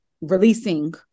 releasing